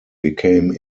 became